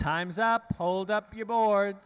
time's up hold up your board